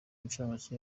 incamake